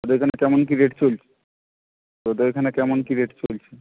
তোদের এখানে কেমন কি রেট চলছে তোদের এখানে কেমন কি রেট চলছে